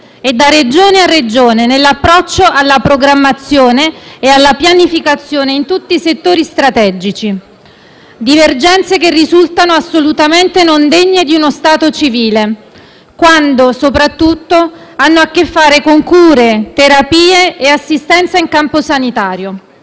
e da Regione a Regione nell'approccio alla programmazione e alla pianificazione in tutti i settori strategici. Tali divergenze risultano assolutamente non degne di uno Stato civile, soprattutto quando hanno a che fare con cure, terapie e assistenza in campo sanitario.